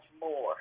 more